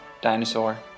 Dinosaur